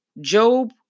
Job